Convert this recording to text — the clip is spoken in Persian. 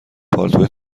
پالتو